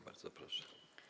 Bardzo proszę.